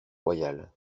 royal